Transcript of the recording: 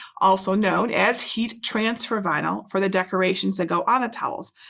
also known as heat transfer vinyl for the decorations that go on the towels.